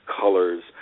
colors